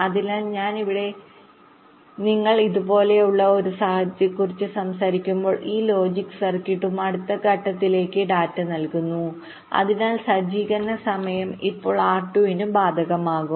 അതിനാൽ ഇവിടെ നിങ്ങൾ ഇതുപോലുള്ള ഒരു സാഹചര്യത്തെക്കുറിച്ച് സംസാരിക്കുമ്പോൾ ഈ ലോജിക് സർക്യൂട്ട്അടുത്ത ഘട്ടത്തിലേക്ക് ഡാറ്റ നൽകുന്നു അതിനാൽ സജ്ജീകരണ സമയംഇപ്പോൾ R2 ന് ബാധകമാകും